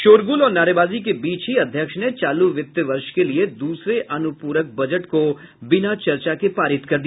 शोरगुल और नारेबाजी के बीच ही अध्यक्ष ने चालू वित्त वर्ष के लिये दूसरे अनुप्रक बजट को बिना चर्चा के पारित कर दिया